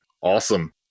Awesome